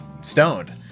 stoned